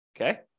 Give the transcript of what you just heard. Okay